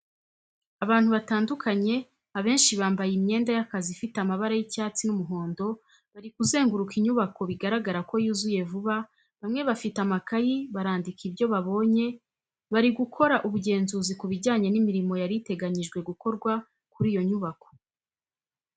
Abantu batandukanye abenshi bambaye imyenda y'akazi ifite amabara y'icyatsi n'umuhondo, bari kuzenguruka inyubako bigaragara ko yuzuye vuba bamwe bafite amakayi barandika ibyo babonye bari gukora ubugenzuzi ku bijyanye n'imirimo yari iteganyijwe gukorwa kuri iyo nyubako.